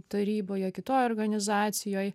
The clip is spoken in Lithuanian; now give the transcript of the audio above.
taryboje kitoj organizacijoj